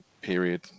period